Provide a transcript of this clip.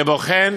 שבוחן